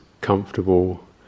comfortable